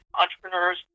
entrepreneurs